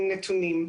עם נתונים,